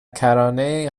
کرانه